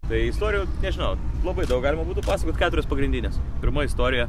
tai istorijų nežinau labai daug galima būtų pasakot keturios pagrindinės pirma istorija